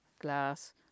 glass